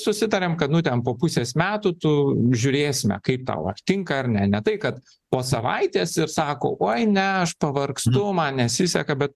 susitariam kad nu ten po pusės metų tu žiūrėsime kaip tau ar tinka ar ne ne tai kad po savaitės ir sako oi ne aš pavargstu man nesiseka bet